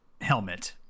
helmet